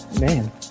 Man